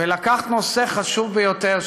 ולקחת נושא חשוב ביותר,